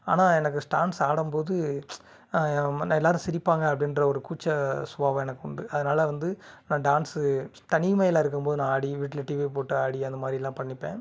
ஆனால் எனக்கு டான்ஸ் ஆடும்போது எல்லோரும் சிரிப்பாங்க அப்படின்ற ஒரு கூச்சம் சுபாவம் எனக்கு உண்டு அதனால வந்து நான் டான்ஸு தனிமையில் இருக்கும் போது நான் ஆடி வீட்டில் டிவி போட்டு ஆடி அந்த மாதிரிலாம் பண்ணிப்பேன்